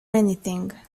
anything